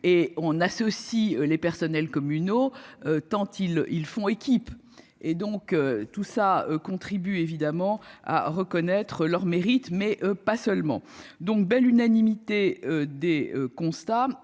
et on associe les personnels communaux. Ils, ils font équipe et donc tout ça contribue évidemment à reconnaître leurs mérites, mais pas seulement. Donc belle unanimité des constats